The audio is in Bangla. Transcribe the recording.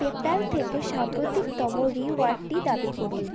পেপ্যাল থেকে সাম্প্রতিকতম রিওয়ার্ডটি দাবি করুন